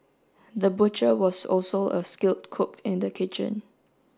the butcher was also a skilled cook in the kitchen